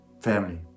Family